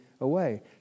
away